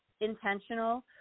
intentional